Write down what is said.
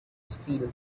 steel